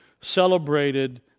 celebrated